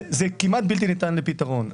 זה כמעט בלתי ניתן לפתרון.